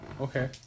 Okay